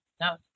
No